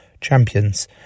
champions